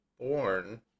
born